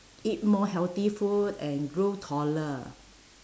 eat more healthy food and grow taller